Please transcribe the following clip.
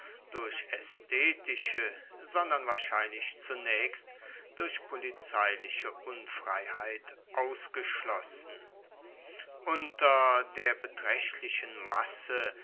durch aesthetische sondern wahrscheinlich zunaechst durch polizeiliche unfreiheit ausgeschlossen unter der betraechtlichen masse